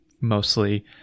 mostly